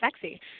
sexy